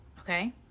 okay